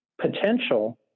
potential